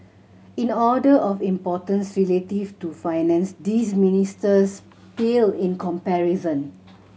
in order of importance relative to Finance these ministries pale in comparison